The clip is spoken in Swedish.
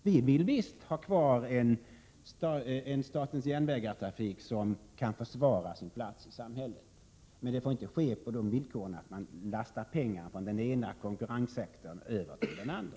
Vi vill visst ha kvar en statens järnvägar-trafik som kan försvara sin plats i samhället, men det får inte ske på det villkoret att man lastar pengar från den ena konkurrenssektorn över till den andra.